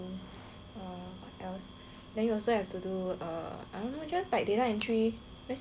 what else then you also have to do err I don't know just like data entry very simple [one] [what]